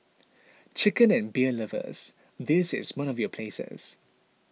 chicken and beer lovers this is one of your places